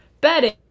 bedding